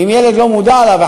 אם ילד לא מודע לזה,